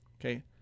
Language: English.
Okay